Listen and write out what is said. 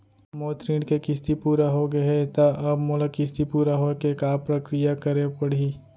मोर ऋण के किस्ती पूरा होगे हे ता अब मोला किस्ती पूरा होए के का प्रक्रिया करे पड़ही?